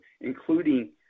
including